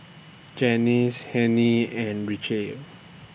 Janice Hennie and Richelle